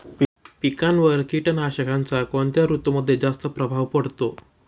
पिकांवर कीटकनाशकांचा कोणत्या ऋतूमध्ये जास्त प्रभाव पडतो?